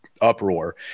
uproar